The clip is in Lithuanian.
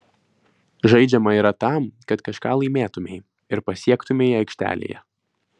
žaidžiama yra tam kad kažką laimėtumei ir pasiektumei aikštelėje